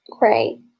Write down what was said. Right